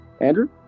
Andrew